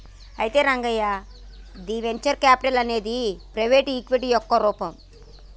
అయితే Rangayya the venture capital అనేది private equity యొక్క రూపం